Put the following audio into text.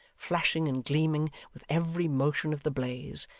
flashing and gleaming with every motion of the blaze,